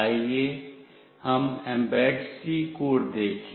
आइए हम Mbed C code देखें